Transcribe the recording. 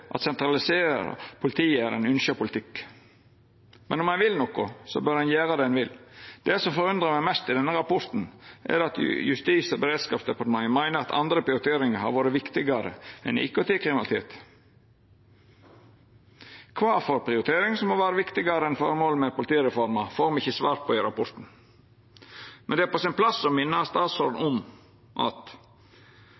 at sentralisering av politiet er ein ynskt politikk. Men om ein vil noko, bør ein gjera det ein vil. Det som forundrar meg mest i denne rapporten, er at Justis- og beredskapsdepartementet meiner at andre prioriteringar har vore viktigare enn IKT-kriminalitet. Kva for prioriteringar som har vore viktigare enn formålet med politireforma, får me ikkje svar på i rapporten. Men det er på sin plass å minna statsråden